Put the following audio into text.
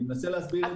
אני מנסה להסביר את זה.